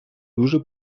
дуже